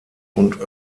und